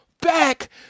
back